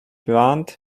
gland